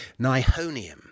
nihonium